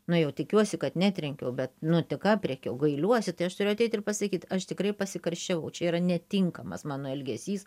nu jau tikiuosi kad netrenkiau bet nu tik aprėkiau gailiuosi tai aš turiu ateit ir pasakyt aš tikrai pasikarščiavau čia yra netinkamas mano elgesys